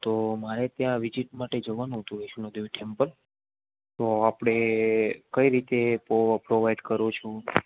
તો મારે ત્યાં વિજિટ માટે જવાનું હતું વૈષ્ણુંદેવી ટેમ્પલ તો આપળે કઈ રીતે પ્રોવાઇટ કરો છો